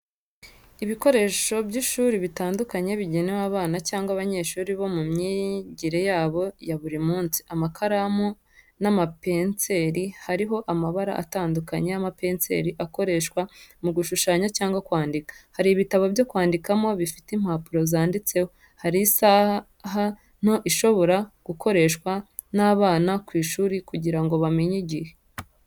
Ibikoresho by'ishuri bitandukanye bigenewe abana cyangwa abanyeshuri mu myigire yabo ya buri munsi. Amakaramu n’amapenseri hariho amabara atandukanye y’amapenseri akoreshwa mu gushushanya cyangwa kwandika. Hari ibitabo byo kwandikamo bifite impapuro zanditseho. Hari isaha nto ishobora gukoreshwa n’abana ku ishuri kugirango bamenye igihe.